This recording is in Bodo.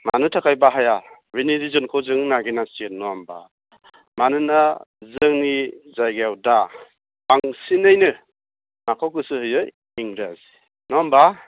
मानो थाखाय बाहाया बिनि रिजनखौ जों नागिरनांसिगोन नङा होनबा मानोना जोंनि जायगायाव दा बांसिनैनो माखौ गोसो होयो इंराज नङा होमबा